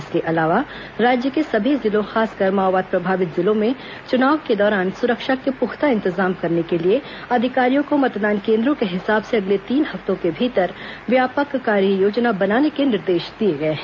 इसके अलावा राज्य के पैदा किया जाएगा ताकि वे मतदान में सभी जिलों खासकर माओवाद प्रभावित जिलों में चुनाव के दौरान सुरक्षा के पुख्ता इंतजाम करने के लिए अधिकारियों को मतदान केंद्रों के हिसाब से अगले तीन हफ्तों के भीतर व्यापक कार्ययोजना बनाने के निर्देश दिए गए हैं